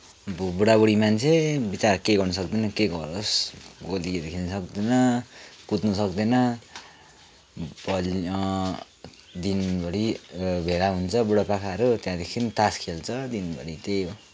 बुढाबुढी मान्छे विचरा केही गर्नसक्दैन के गरोस् गोलीहरू खेल्नसक्दैन कुद्नुसक्दैन दिनभरि भेला हुन्छ बुढापाकाहरू त्यहाँदेखि तास खेल्छ दिनभरि त्यही हो